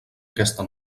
aquesta